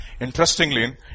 Interestingly